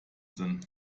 sinn